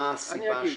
מה הסיבה?